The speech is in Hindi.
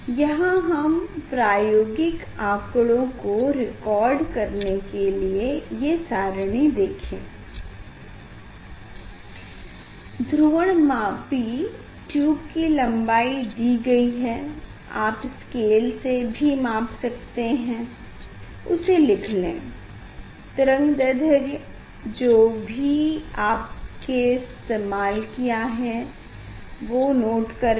यहाँ हम प्रायोगिक आकड़ों को रिकॉर्ड करने के लिए ये सारिणी देखे ध्रुवणमापी ट्यूब की लम्बाई दी गई है आप स्केल से माप सकते हैं उसे लिख लें तरंगदैध्र्र्य जो भी आपने इस्तेमाल किया है वो नोट करें